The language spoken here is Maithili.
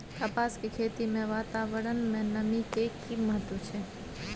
कपास के खेती मे वातावरण में नमी के की महत्व छै?